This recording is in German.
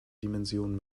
dimension